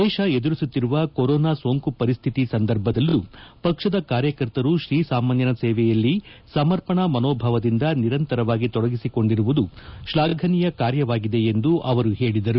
ದೇತ ಎದುರಿಸುತ್ತಿರುವ ಕೊರೋನಾ ಸೋಂಕು ಪರಿಸ್ಹಿತಿ ಸಂದರ್ಭದಲ್ಲೂ ಪಕ್ಷದ ಕಾರ್ಯಕರ್ತರು ಶ್ರೀಸಾಮಾನ್ಗನ ಸೇವೆಯಲ್ಲಿ ಸಮರ್ಪಣಾ ಮನೋಭಾವದಿಂದ ನಿರಂತರವಾಗಿ ತೊಡಗಿಸಿಕೊಂಡಿರುವುದು ಶ್ಲಾಘನೀಯ ಕಾರ್ಯವಾಗಿದೆ ಎಂದು ಅವರು ಹೇಳಿದರು